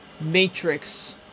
matrix